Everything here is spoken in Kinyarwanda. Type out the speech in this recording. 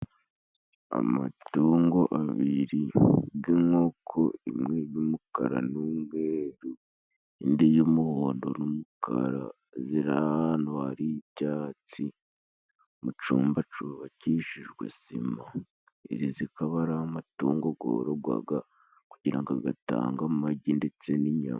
Amatungo abiri g'inkoko imwe g'umukara n'umweru indi y'umuhondo n'umukara ziri ahantu hari ibyatsi mu cumba cubakishijwe sima izi zikabara ari amatungo gorogwaga kugira ngo gatange amagi ndetse n'inyama.